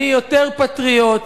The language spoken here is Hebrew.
אני יותר פטריוט.